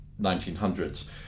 1900s